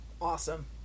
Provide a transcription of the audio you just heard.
Awesome